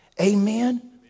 Amen